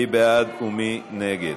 התשע"ז 2017. מי בעד ומי נגד?